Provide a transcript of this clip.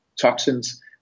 toxins